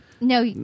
No